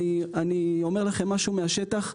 אני אומר לכם משהו מהשטח.